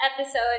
episode